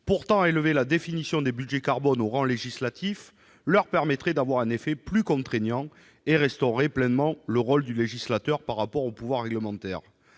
Parlement. Élever la définition des budgets carbone au rang législatif leur permettrait d'avoir un effet plus contraignant et restaurerait pleinement le rôle du législateur par rapport au pouvoir réglementaire.